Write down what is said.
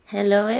Hello